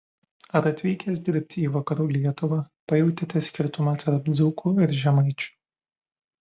ar atvykęs dirbti į vakarų lietuvą pajautėte skirtumą tarp dzūkų ir žemaičių